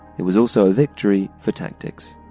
it was also a victory for tactics.